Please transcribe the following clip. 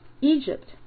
Egypt